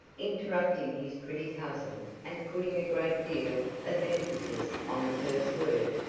interrupting his pretty cousin, and putting a great deal of emphasis on the first word.